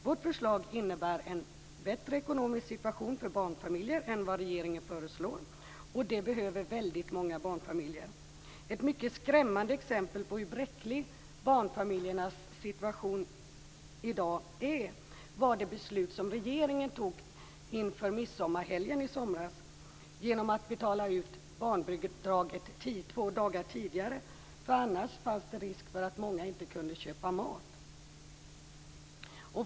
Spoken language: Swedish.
Vårt förslag innebär en bättre ekonomisk situation för barnfamiljer än regeringens förslag, och det behöver väldigt många barnfamiljer. Ett mycket skrämmande exempel på barnfamiljernas bräckliga situation i dag är det beslut som regeringen fattade inför midsommarhelgen i somras om att betala ut barnbidraget två dagar tidigare därför att det annars fanns risk för att många inte hade råd att köpa mat.